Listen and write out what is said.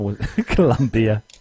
Columbia